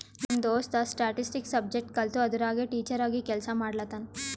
ನಮ್ ದೋಸ್ತ statistics subject ಕಲ್ತು ಅದುರಾಗೆ ಟೀಚರ್ ಆಗಿ ಕೆಲ್ಸಾ ಮಾಡ್ಲತಾನ್